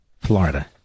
Florida